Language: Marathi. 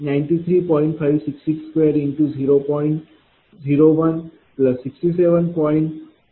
0167